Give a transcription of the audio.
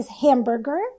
Hamburger